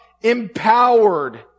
empowered